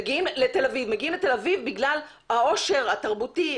מגיעים לתל אביב בגלל העושר התרבותי,